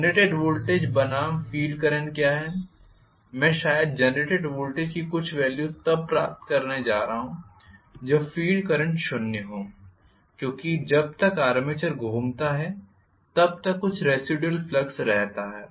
generated voltage बनाम field current क्या है मैं शायद जेनरेटेड वोल्टेज की कुछ वेल्यू तब प्राप्त करने जा रहा हूँ जब फील्ड करंट शून्य हो क्योंकि जब तक आर्मेचर घूमता हूँ तब तक कुछ रेसिडुयल फ्लक्स रहता है